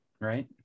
right